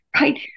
Right